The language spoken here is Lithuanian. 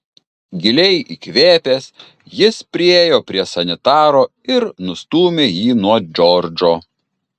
giliai įkvėpęs jis priėjo prie sanitaro ir nustūmė jį nuo džordžo